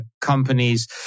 companies